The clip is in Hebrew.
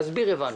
להסביר הבנו.